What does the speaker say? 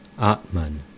Atman